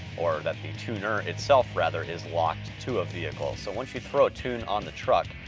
or that the tuner itself rather is locked to a vehicle. so once you throw a tune on the truck,